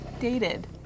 Dated